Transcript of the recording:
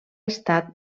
estat